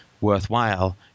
worthwhile